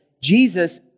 Jesus